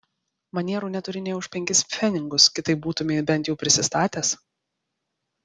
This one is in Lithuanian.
manierų neturi nė už penkis pfenigus kitaip būtumei bent jau prisistatęs